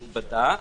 התבדה,